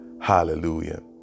hallelujah